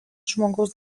žmogaus